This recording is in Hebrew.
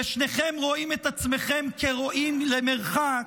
ושניכם רואים את עצמכם כרואים למרחק,